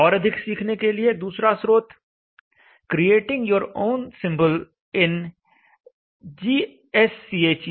और अधिक सीखने के लिए दूसरा स्रोत 'Creating Your Own Symbol in gschem